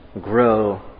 grow